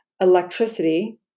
Electricity